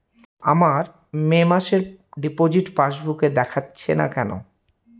আমার মে মাসের ডিপোজিট পাসবুকে দেখাচ্ছে না কেন?